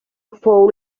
fou